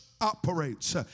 operates